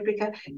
Africa